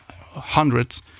hundreds